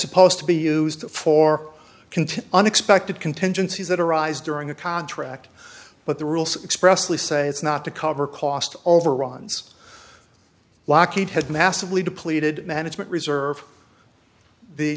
supposed to be used for content unexpected contingencies that arise during a contract but the rules expressly say it's not to cover cost overruns lockheed had massively depleted management reserve the